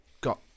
got